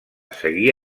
seguir